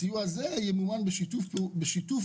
הסיוע הזה ממומן בחלוקה